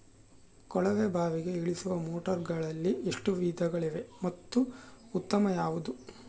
ಕೊಳವೆ ಬಾವಿಗೆ ಇಳಿಸುವ ಮೋಟಾರುಗಳಲ್ಲಿ ಎಷ್ಟು ವಿಧಗಳಿವೆ ಮತ್ತು ಉತ್ತಮ ಯಾವುದು?